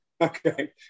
okay